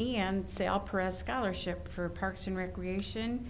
and say all presque isle or ship for parks and recreation